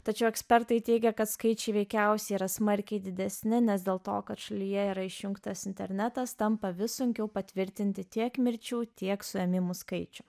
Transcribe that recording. tačiau ekspertai teigia kad skaičiai veikiausiai yra smarkiai didesni nes dėl to kad šalyje yra išjungtas internetas tampa vis sunkiau patvirtinti tiek mirčių tiek suėmimų skaičių